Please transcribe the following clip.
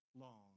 long